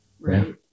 right